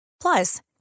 Plus